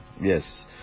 Yes